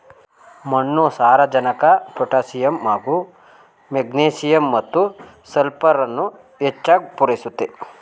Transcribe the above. ಮಣ್ಣು ಸಾರಜನಕ ಪೊಟ್ಯಾಸಿಯಮ್ ಹಾಗೂ ಮೆಗ್ನೀಸಿಯಮ್ ಮತ್ತು ಸಲ್ಫರನ್ನು ಹೆಚ್ಚಾಗ್ ಪೂರೈಸುತ್ತೆ